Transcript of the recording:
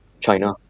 China